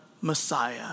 Messiah